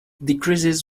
decreases